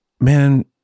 man